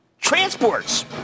transports